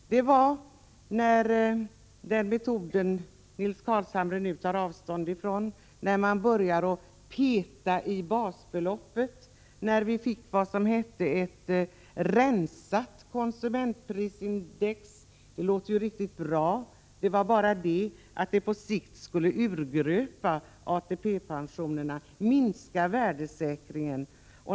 Det var när vi hade den metod som Nils Carlshamre nu tar avstånd från, nämligen då man började ”peta i basbeloppet”, och vi fick, som det hette, ett rensat konsumentprisindex. Det lät ju bra, men det skulle på sikt urgröpa ATP-pensionerna, minska värdesäkringen.